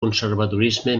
conservadorisme